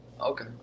Okay